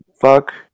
fuck